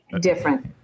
different